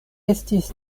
estis